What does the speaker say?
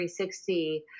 360